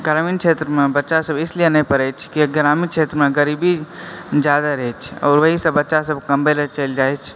ग्रामीण क्षेत्रमे बच्चा सब इसलिये नहि पढ़ै छै किये ग्रामीण क्षेत्रमे गरीबी जादा रहै छै आओर ओहि सऽ बच्चा सब कमबै लए चलि जाइ छै